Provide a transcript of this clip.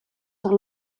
sur